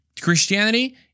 Christianity